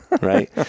right